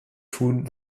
tun